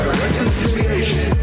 reconciliation